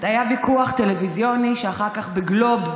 היה ויכוח טלוויזיוני שאחר כך בגלובס,